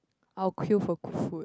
I'll queue for food